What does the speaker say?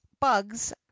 bugs